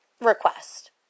request